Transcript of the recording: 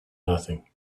nothing